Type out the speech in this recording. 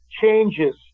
changes